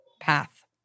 path